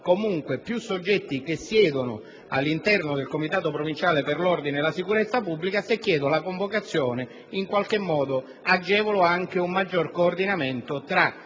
comunque più soggetti che siedono all'interno del comitato provinciale per l'ordine e la sicurezza pubblica, se il sindaco ne chiede la convocazione in qualche modo agevola un maggior coordinamento tra